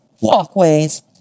walkways